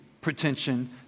pretension